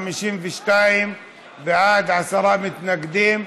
52 בעד, עשרה מתנגדים,